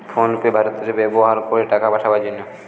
phone pay ভারতে ব্যাভার করে টাকা পাঠাবার জন্যে